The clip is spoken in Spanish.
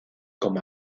como